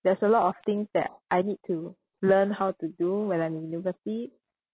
there's a lot of things that I need to learn how to do when I'm in university